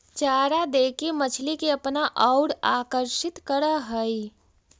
चारा देके मछली के अपना औउर आकर्षित करऽ हई